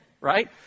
right